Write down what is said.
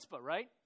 right